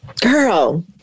Girl